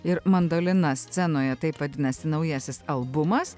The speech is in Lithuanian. ir mandolina scenoje taip vadinasi naujasis albumas